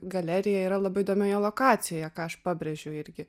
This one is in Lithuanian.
galerija yra labai įdomioje lokacijoje ką aš pabrėžiu irgi